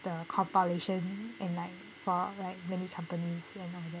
the compilation and like for like many companies